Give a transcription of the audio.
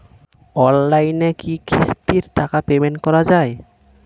অনলাইনে কি কিস্তির টাকা পেমেন্ট করা যায়?